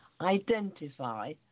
identify